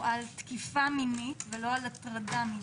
הוא על תקיפה מינית ולא על הטרדה מינית,